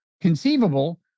conceivable